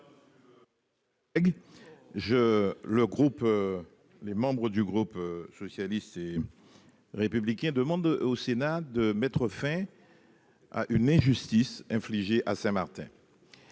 Lurel. Les membres du groupe socialiste et républicain demandent au Sénat de mettre fin à une injustice infligée à Saint-Martin